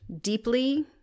deeply